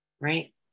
Right